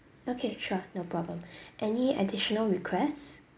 okay sure no problem any additional requests